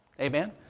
Amen